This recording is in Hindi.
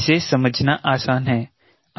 इसे समझना आसान है